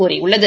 கூறியுள்ளது